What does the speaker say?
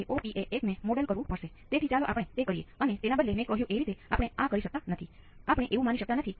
પછી તમે તેનો ઉકેલ કેવી રીતે શોધી શકશો